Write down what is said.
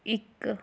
इक